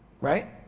Right